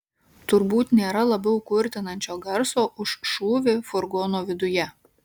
turbūt nėra labiau kurtinančio garso už šūvį furgono viduje